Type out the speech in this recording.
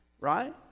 right